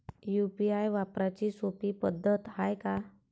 UPI वापराची सोपी पद्धत हाय का?